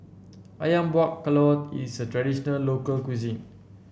ayam Buah Keluak is a traditional local cuisine